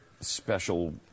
special